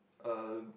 um